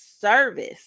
service